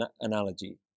analogy